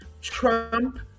Trump